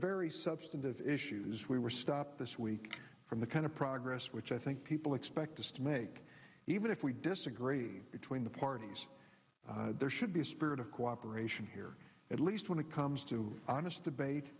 very substantive issues we were stopped this week from the kind of progress which i think people expect us to make even if we disagree between the parties there should be a spirit of cooperation here at least when it comes to honest debate